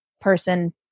person